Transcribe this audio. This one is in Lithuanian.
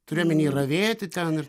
turiu omeny ravėti ten ir